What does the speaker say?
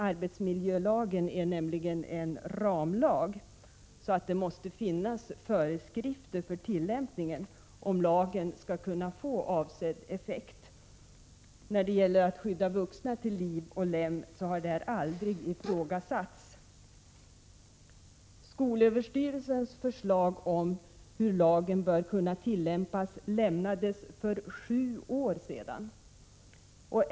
Arbetsmiljölagen är nämligen en ramlag. Det måste därför finnas föreskrifter för tillämpning, om lagen skall kunna få avsedd effekt. När det gäller att skydda vuxna till liv och lem har det här aldrig ifrågasatts. Skolöverstyrelsens förslag om hur lagen bör kunna tillämpas lämnades för sju år sedan.